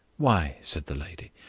why, said the lady,